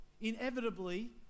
Inevitably